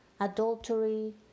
adultery